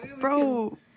Bro